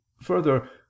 further